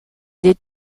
des